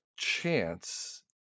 chance